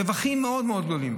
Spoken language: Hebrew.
רווחים מאוד מאוד גדולים.